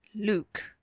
Luke